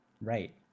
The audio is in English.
Right